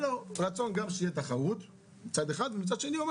היה רצון גם שתהיה תחרות מצד אחד ומצד שני הוא אומר